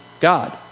God